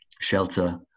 shelter